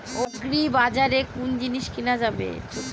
আগ্রিবাজারে কোন জিনিস কেনা যাবে?